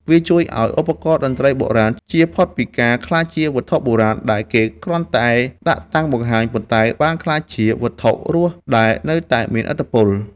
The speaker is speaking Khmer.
វាជួយឱ្យឧបករណ៍តន្ត្រីបុរាណជៀសផុតពីការក្លាយជា វត្ថុបុរាណ ដែលគេគ្រាន់តែដាក់តាំងបង្ហាញ ប៉ុន្តែបានក្លាយជា វត្ថុរស់ ដែលនៅតែមានឥទ្ធិពល។